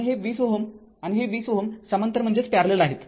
आणि हे २० Ω आणि हे २० Ω समांतर आहेत